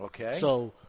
Okay